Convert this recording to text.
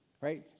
right